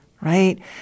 right